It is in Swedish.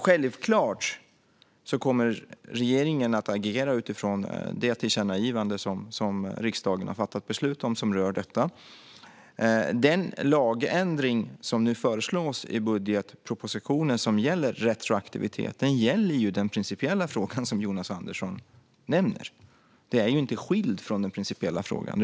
Självklart kommer regeringen att agera utifrån det tillkännagivande som riksdagen har fattat beslut om och som rör detta. Den lagändring som nu föreslås i budgetpropositionen och som gäller retroaktivitet gäller ju den principiella fråga som Jonas Andersson nämner och är inte skild från den principiella frågan.